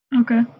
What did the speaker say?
Okay